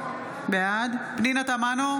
בעד פנינה תמנו,